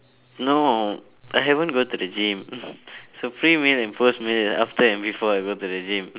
no I haven't go to the gym so pre meal and post meal is after and before I go to the gym